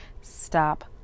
Stop